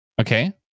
Okay